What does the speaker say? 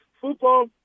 football